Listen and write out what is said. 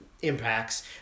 Impacts